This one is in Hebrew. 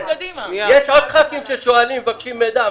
מדובר בעובדים שעברו הכשרות ייחודיות.